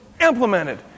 implemented